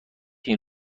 این